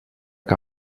que